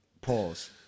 Pause